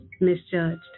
Misjudged